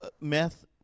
meth